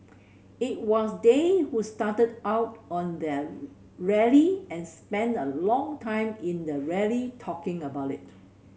it was they who started out on their rally and spent a long time in the rally talking about it